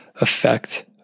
effect